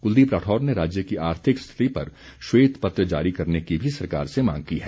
कुलदीप राठौर ने राज्य की आर्थिक स्थिति पर श्वेत पत्र जारी करने की भी सरकार से मांग की है